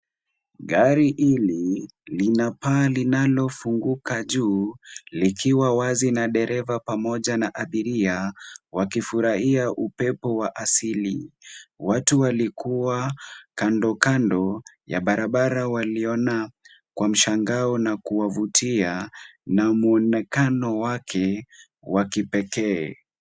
Gari hili, lina paa linalofunguka juu, likiwa wazi na dereva pamoja na abiria wakifurahia upepo wa asili. Watu walikuwa kando kando ya barabara waliona kwa mshangao na kuwavutia, na mwonekano wake wa kipekee.